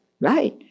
Right